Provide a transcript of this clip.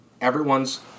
everyone's